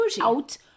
out